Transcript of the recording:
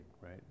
right